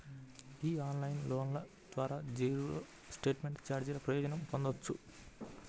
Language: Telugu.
ఈ ఆన్లైన్ లోన్ల ద్వారా జీరో స్టేట్మెంట్ ఛార్జీల ప్రయోజనం పొందొచ్చు